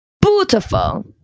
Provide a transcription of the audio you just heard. beautiful